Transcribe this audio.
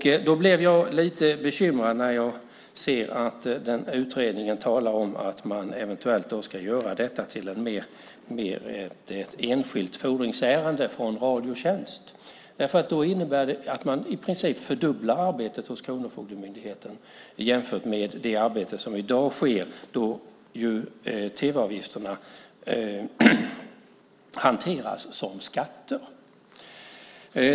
Jag blir lite bekymrad när jag ser att utredningen talar om att man eventuellt ska göra detta till ett mer enskilt fordringsärende från Radiotjänst, därför att det innebär att man i princip fördubblar arbetet hos Kronofogdemyndigheten jämfört med det arbete som sker i dag, då ju tv-avgifterna hanteras som skatter.